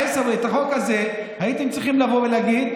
עיסאווי, בחוק הזה הייתם צריכים לבוא ולהגיד: